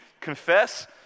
Confess